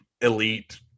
elite